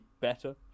better